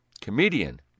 comedian